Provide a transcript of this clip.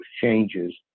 changes